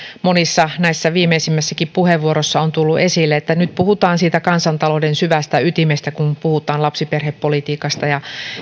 monissa näissä viimeisimmissäkin puheenvuoroissa on tullut esille että nyt puhutaan siitä kansantalouden syvästä ytimestä kun puhutaan lapsiperhepolitiikasta ja